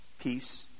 peace